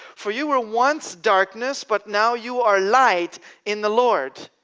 for you were once darkness, but now you are light in the lord.